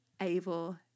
able